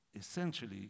essentially